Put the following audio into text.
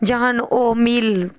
जहन ओ मील